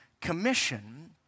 Commission